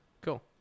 Cool